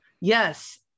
Yes